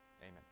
Amen